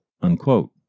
unquote